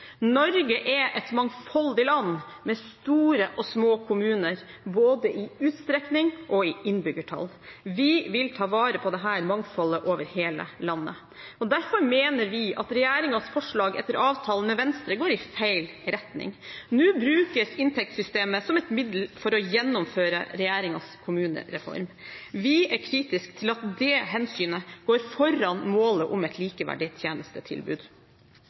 Norge er et mangfoldig land med store og små kommuner både i utstrekning og i innbyggertall. Vi vil ta vare på dette mangfoldet over hele landet. Derfor mener vi at regjeringens forslag etter avtale med Venstre går i feil retning. Nå brukes inntektssystemet som et middel for å gjennomføre regjeringens kommunereform. Vi er kritisk til at dette hensynet går foran målet om et likeverdig tjenestetilbud.